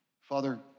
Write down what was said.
Father